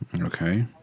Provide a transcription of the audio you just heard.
Okay